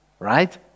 Right